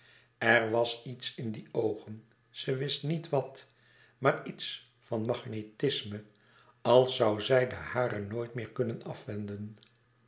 er was iets in die oogen ze wist niet wat maar iets van magnetisme als zoû zij de hare nooit meer kunnen afwenden